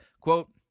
Quote